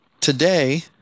today